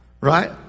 Right